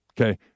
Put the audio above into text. Okay